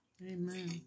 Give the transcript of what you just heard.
Amen